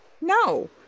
no